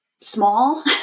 small